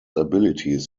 abilities